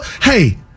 hey